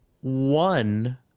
one